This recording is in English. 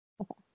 okay